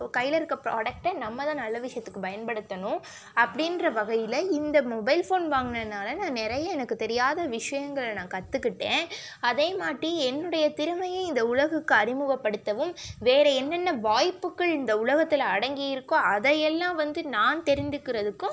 கையில் இருக்கிற ப்ராடக்ட்டை நம்மதான் நல்ல விஷயத்துக்கு பயன்படுத்தனும் அப்படின்ற வகையில் இந்த மொபைல் ஃபோன் வாங்குனதுனால் நான் நிறைய எனக்கு தெரியாத விஷயங்கள நான் கற்றுக்கிட்டேன் அதேமாட்டி என்னுடைய திறமையை இந்த உலகுக்கு அறிமுகப்படுத்தவும் வேறு என்னென்ன வாய்ப்புகள் இந்த உலகத்தில் அடங்கி இருக்கோ அதையெல்லாம் வந்து நான் தெரிந்துகிறதுக்கும்